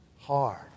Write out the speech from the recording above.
hard